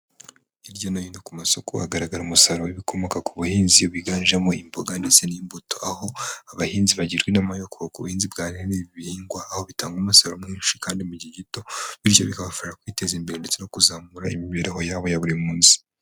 Hirya no hino ku masoko hagaragara umusaruro w'ibikomoka ku buhinzi wiganjemo imboga ndetse n'imbuto. Aho abahinzi bagirwa inama yo kuyoboka ubuhinzi bujyanye n'ibi bihingwa aho bitanga umusaruro mwinshi kandi mu gihe gito. Bityo bikabafasha kwiteza imbere ndetse no kuzamura imibereho yabo ya buri munsi.